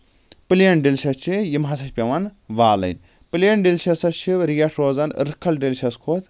پٕلین delicious چھِ یِم ہسا چھِ پیٚوان والٕنۍ پٕلین ڈیلشس ہسا چھِ ریٹ روزان رٔکھل ڈیلشس کھۄتہٕ